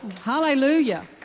Hallelujah